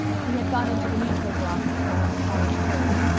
he had gone into the newspaper office again when college closed,